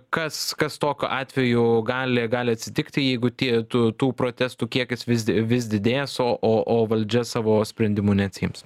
kas kas tokiu atveju gali gali atsitikti jeigu tie tų tų protestų kiekis vis vis didės o o o valdžia savo sprendimų neatsiims